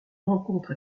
rencontre